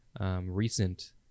recent